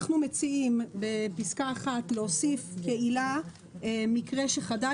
אנחנו מציעים בפסקה (1) להוסיף כעילה מקרה ש"חדל